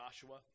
Joshua